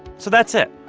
so that's it.